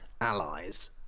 allies